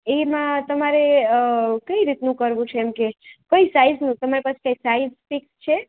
એમાં તમારે કઈ રીતનું કરવું છે એમ કે કઈ સાઈઝનું તમારી પાસે સાઈઝ ફિક્સ છે